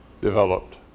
developed